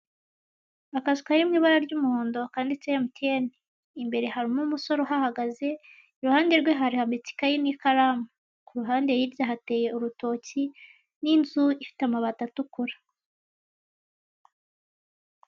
Akazu kari mu ibara ry'umuhondo kanditseho emutiyeni, imbere harimo umusore uhahagaze iruhande rwe harambitse ikayi n'ikaramu, ku ruhande hirya hateye urutoki n'inzu ifite amabati atukura.